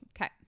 Okay